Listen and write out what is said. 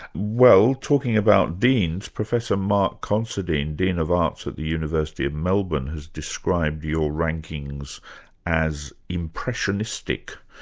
well, talking about deans, professor mark considine, dean of arts at the university of melbourne, has described your rankings as impressonistic.